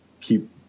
keep